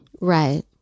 Right